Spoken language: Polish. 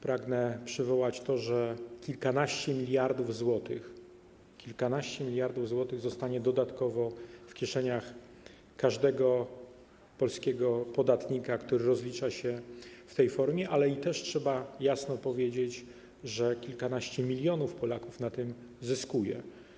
Pragnę przywołać to, że kilkanaście miliardów złotych zostanie dodatkowo w kieszeniach każdego polskiego podatnika, który rozlicza się w tej formie, ale też trzeba jasno powiedzieć, że kilkanaście milionów Polaków na tym zyskuje.